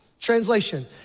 Translation